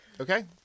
Okay